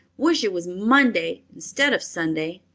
wish it was monday instead of sunday.